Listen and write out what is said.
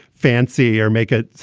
fancy or make it?